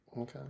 Okay